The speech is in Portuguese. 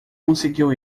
conseguiu